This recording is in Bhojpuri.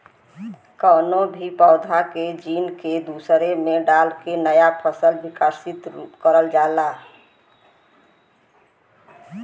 कउनो भी पौधा के जीन के दूसरे में डाल के नया फसल विकसित करल जाला